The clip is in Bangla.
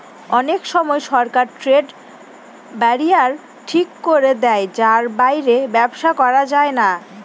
অনেক সময় সরকার ট্রেড ব্যারিয়ার ঠিক করে দেয় যার বাইরে ব্যবসা করা যায় না